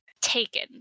taken